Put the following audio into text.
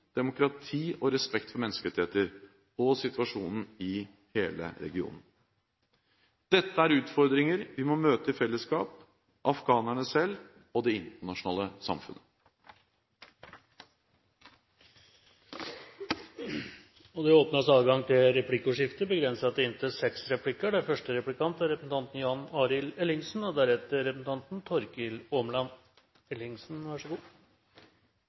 demokrati og respekt for menneskerettigheter og situasjonen i hele regionen. Dette er utfordringer vi må møte i fellesskap – afghanerne selv og det internasjonale samfunnet. Det blir replikkordskifte. Jeg registrerte at statsministeren var tydelig på at man ikke skulle yte bistand lenger enn høyst nødvendig, noe som jeg synes er